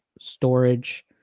storage